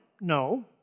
No